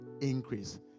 increase